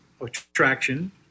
attraction